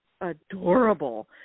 adorable